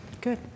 good